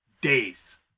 Days